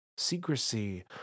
Secrecy